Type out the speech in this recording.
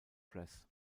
press